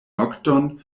nokton